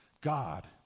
God